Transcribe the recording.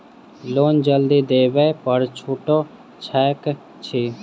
Loan जल्दी देबै पर छुटो छैक की?